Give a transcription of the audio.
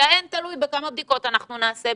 כי ה-N תלוי בכמה בדיקות אנחנו נעשה,